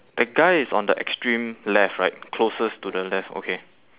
the guy is on the extreme left right closest to the left okay